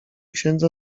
księdza